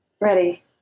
Ready